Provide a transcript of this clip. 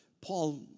Paul